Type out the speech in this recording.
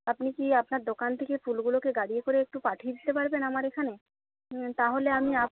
আপনি কি আপনার দোকান থেকে ফুলগুলোকে গাড়ি করে একটু পাঠিয়ে দিতে পারবেন আমার এখানে তাহলে আমি